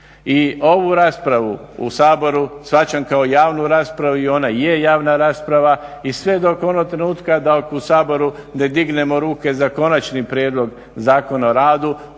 I ovu raspravu u Saboru shvaćam kao javnu raspravu i ona je javna rasprava i sve do onog trenutka dok u Saboru ne dignemo ruke za konačni prijedlog Zakona o radu